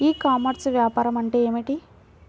ఈ కామర్స్లో వ్యాపారం అంటే ఏమిటి?